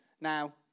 Now